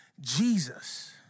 Jesus